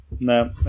No